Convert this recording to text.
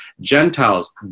Gentiles